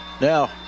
Now